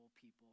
people